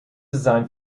design